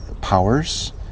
powers